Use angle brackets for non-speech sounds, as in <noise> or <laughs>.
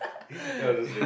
<laughs> that was just lame